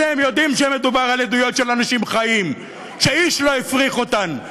אתם יודעים שמדובר על עדויות של אנשים חיים שאיש לא הפריך אותן.